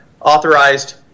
authorized